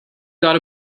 got